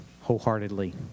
wholeheartedly